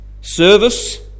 service